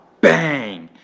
bang